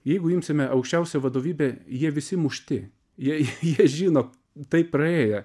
jeigu imsime aukščiausią vadovybę jie visi mušti jei jie žino tai praėjo